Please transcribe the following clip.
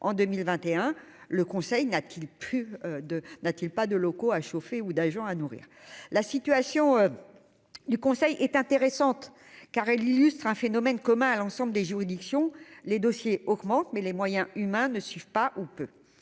n'a-t-il plus de n'a-t-il pas de locaux à chauffer ou d'agents à nourrir la situation du Conseil est intéressante car elle illustre un phénomène commun à l'ensemble des juridictions les dossiers augmente, mais les moyens humains ne suivent pas ou peu